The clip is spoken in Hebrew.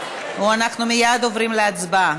ואנחנו מייד עוברים להצבעה.